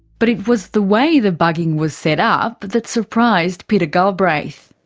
but it was the way the bugging was set up that surprised peter galbraith.